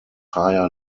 higher